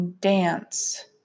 dance